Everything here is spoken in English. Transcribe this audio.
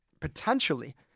potentially